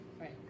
Right